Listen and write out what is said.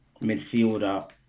midfielder